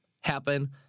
happen